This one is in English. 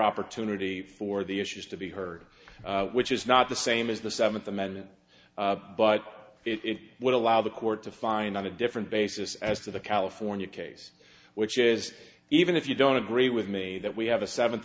opportunity for the issues to be heard which is not the same as the seventh amendment but it would allow the court to find on a different basis as to the california case which is even if you don't agree with me that we have a seventh